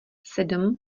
sedm